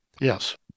Yes